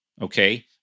Okay